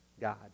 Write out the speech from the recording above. God